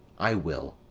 i will,